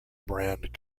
brand